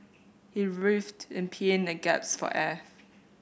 he writhed in pain and gasped for air